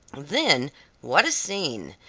then what a scene!